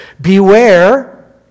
Beware